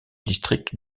district